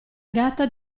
gatta